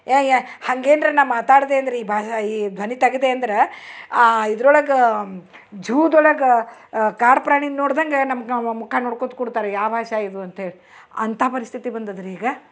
ಯಾಯ ಹಾಗೇನ್ರ ನಾನು ಮಾತಾಡಿದೆ ಅಂದ್ರೆ ಈ ಭಾಷೆ ಈ ಧ್ವನಿ ತಗೆದೆ ಅಂದ್ರೆ ಆ ಇದ್ರೊಳಗೆ ಝೂದೊಳಗೆ ಕಾಡು ಪ್ರಾಣಿನ ನೋಡ್ದಂಗೆ ನಮ್ಗೆ ಮುಖ ನೋಡ್ಕೊಳ್ತ ಕೂರ್ತಾರೆ ಯಾವ ಭಾಷೆ ಇದು ಅಂತೇಳಿ ಅಂಥ ಪರಿಸ್ಥಿತಿ ಬಂದಿದೆ ರೀ ಈಗ